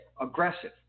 aggressive